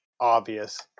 obvious